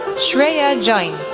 shreya jain,